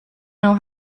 know